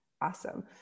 awesome